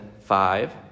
Five